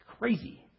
crazy